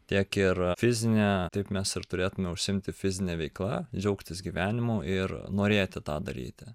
tiek ir fizinė taip mes ir turėtume užsiimti fizine veikla džiaugtis gyvenimu ir norėti tą daryti